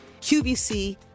QVC